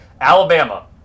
Alabama